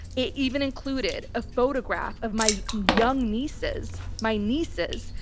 it even included a photograph of my young nieces, my nieces,